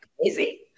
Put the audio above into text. crazy